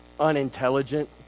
Unintelligent